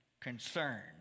concern